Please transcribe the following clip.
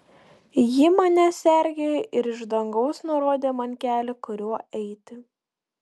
ji mane sergėjo ir iš dangaus nurodė man kelią kuriuo eiti